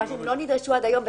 מה שהם לא נדרשו עד היום.